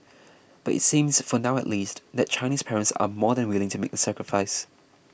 but it seems for now at least that Chinese parents are more than willing to make the sacrifice